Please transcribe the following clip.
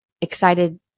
excited